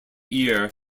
year